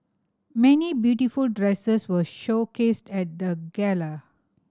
many beautiful dresses were showcased at the gala